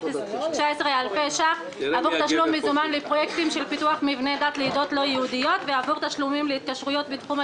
671,000 שקלים לתוכניות הבאות: שלושה מיליון לתוכניות תפעול